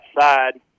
side